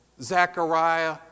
Zechariah